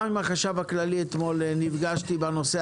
וגם עם החשב הכללי אתמול נפגשתי בנושא